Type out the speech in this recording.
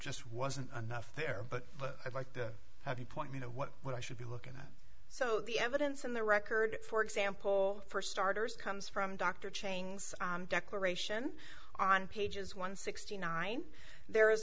just wasn't enough there but i'd like to have you point me to what what i should be looking at so the evidence in the record for example for starters comes from dr chain's declaration on pages one sixty nine there is